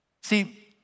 See